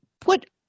put